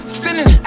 sinning